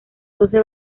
doce